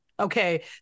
Okay